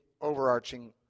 overarching